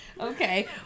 Okay